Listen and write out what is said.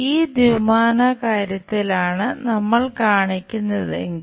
ഈ ദ്വിമാന കാര്യത്തിലാണ് നമ്മൾ കാണിക്കുന്നതെങ്കിൽ